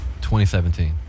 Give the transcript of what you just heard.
2017